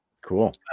Cool